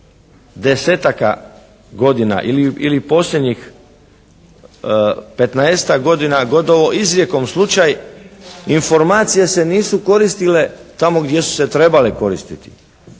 desetaka godina ili posljednjih 15-ak godina gotovo izrijekom slučaj informacije se nisu koristile tamo gdje su se trebale koristi.